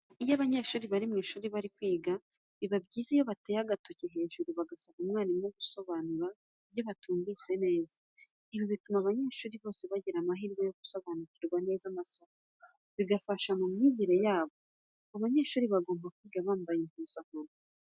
Iyo abanyeshuri bari mu ishuri bari kwiga, biba byiza iyo bateye agatoki hejuru bagasaba umwarimu gusobanura ibyo batumvise neza. Ibi bituma abanyeshuri bose bagira amahirwe yo gusobanukirwa neza amasomo bigafasha mu myigire yabo. Abanyeshuri bagomba kwiga bambaye impuzankano.